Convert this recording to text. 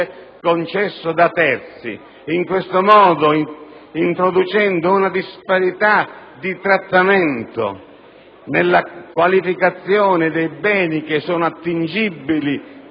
concesso da terzi. In questo modo avete introdotto una disparità di trattamento nella qualificazione dei beni attingibili